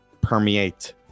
permeate